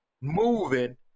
moving